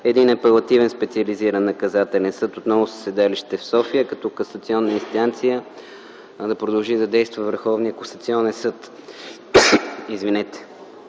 един апелативен специализиран наказателен съд отново със седалище в София, а като касационна инстанция да продължи да действа Върховният касационен съд. Към